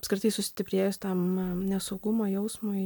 apskritai sustiprėjus tam nesaugumo jausmui